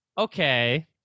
okay